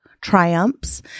triumphs